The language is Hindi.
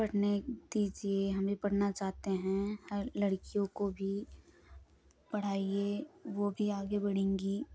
पढ़ने दीजिए हम भी पढ़ना चाहते हैं और लड़कियों को भी पढ़ाइए वो भी आगे बढ़ेंगी